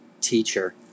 teacher